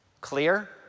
Clear